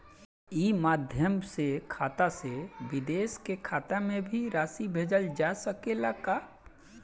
ई माध्यम से खाता से विदेश के खाता में भी राशि भेजल जा सकेला का?